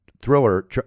Thriller